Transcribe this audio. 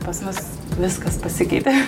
pas mus viskas pasikeitė